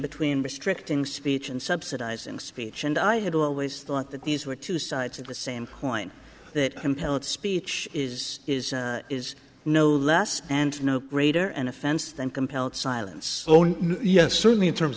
between restricting speech and subsidizing speech and i had always thought that these were two sides of the same coin that compelled speech is is is no less and no greater an offense than compelled silence own yes certainly in terms